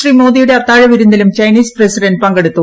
ശ്രീ മോദിയുടെ അത്താഴവിരുന്നിലും Chinese president പങ്കെടുത്തു